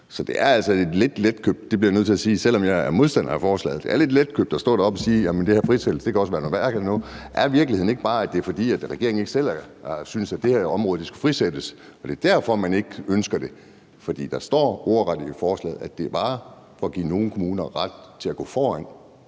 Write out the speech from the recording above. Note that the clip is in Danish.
at stå deroppe og sige, at det her frisættelse også kan være noget mærkeligt noget. Er virkeligheden ikke bare, at det er, fordi regeringen ikke selv synes, at det her område skulle frisættes, og at det er derfor, man ikke ønsker det? Der står ordret i forslaget, at det er for at give nogle kommuner ret til at gå foran.